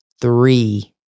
three